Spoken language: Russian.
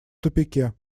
тупике